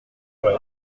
vrai